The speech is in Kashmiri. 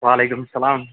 وَعلیکُم السَلام